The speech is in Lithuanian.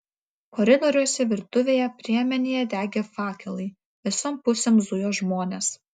koridoriuose virtuvėje priemenėje degė fakelai visom pusėm zujo žmonės